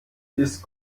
ist